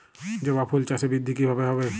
জবা ফুল চাষে বৃদ্ধি কিভাবে হবে?